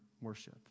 worship